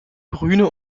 grüne